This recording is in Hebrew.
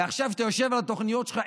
ועכשיו אתה יושב על התוכניות שלך,